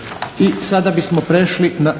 Sada bismo prešli na